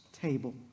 table